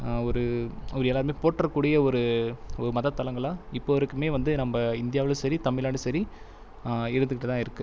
ஒரு எல்லாருமே ஒரு போற்ற கூடிய ஒரு மத தலங்களாய் இப்போருக்குமே வந்து நம்ம இந்தியாவில் சரி தமிழ்நாட்டுல சரி இருந்துட்டுதான் இருக்குது